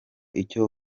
icyo